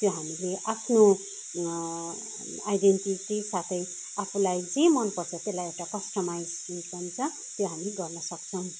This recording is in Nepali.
त्यो हामीले आफ्नो आइडिन्टिटी साथै आफूलाई जे मनपर्छ त्यसलाई एउटा आकस्टमाइज निस्कन्छ त्यो हामी गर्न सक्छौँ